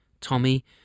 Tommy